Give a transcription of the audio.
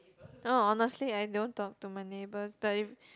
oh honestly I don't talk to my neighbours but